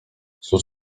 cóż